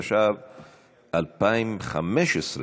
התשע"ו 2015,